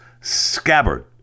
scabbard